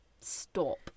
stop